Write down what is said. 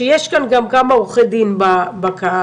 שיש כאן כמה עורכי דין בקהל,